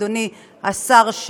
אדוני השר,